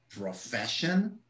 profession